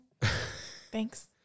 Thanks